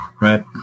right